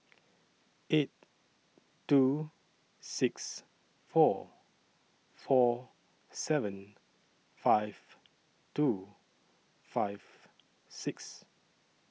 eight two six four four seven five two five six